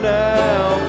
now